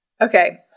Okay